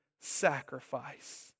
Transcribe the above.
sacrifice